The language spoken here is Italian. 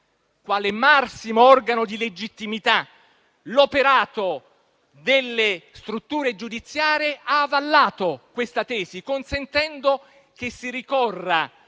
quale massimo organo di legittimità, l'operato delle strutture giudiziarie, ha avallato questa tesi consentendo che si ricorra